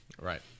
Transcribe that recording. Right